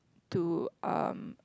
to uh